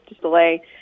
delay